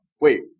wait